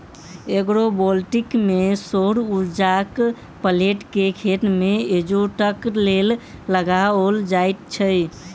agrovoltaic मे सौर उर्जाक प्लेट के खेत मे इजोतक लेल लगाओल जाइत छै